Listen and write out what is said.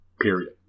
Period